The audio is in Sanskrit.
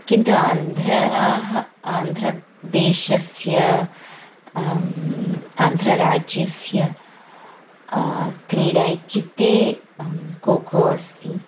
किन्तु आन्ध्राः आन्ध्र देशस्य आन्ध्रराज्यस्य क्रीडा इत्युक्ते कोखो अस्ति